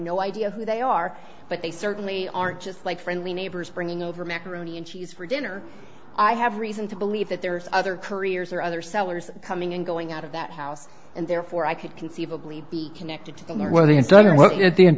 no idea who they are but they certainly aren't just like friendly neighbors bringing over macaroni and cheese for dinner i have reason to believe that there is other careers or other sellers coming and going out of that house and therefore i could conceivably be connected to the wealthy and so on are looking at the ind